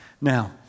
Now